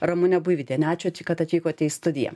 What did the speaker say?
ramunė buivydienė ačiū kad atvykote į studiją